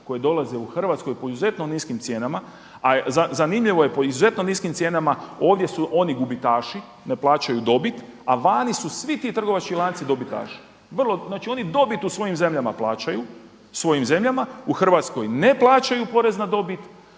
cijenama, a zanimljivo je po izuzetno niskim cijenama, a zanimljivo je po izuzetno niskim cijenama ovdje su oni gubitaši, ne plaćaju dobit a vani su svi ti trgovački lanci dobitaši. Znači oni dobit u svojim zemljama plaćaju, u Hrvatskoj ne plaćaju porez na dobit